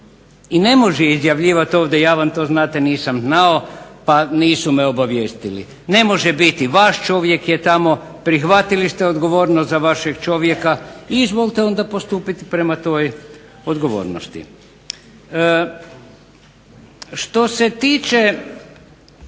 i ne može izjavljivati ovdje ja vam to nisam znao i nisu me obavijestili. Ne može biti, vaš čovjek je tamo, prihvatili ste odgovornost za vašeg čovjeka i izvolite onda pristupiti prema toj odgovornosti. Što se tiče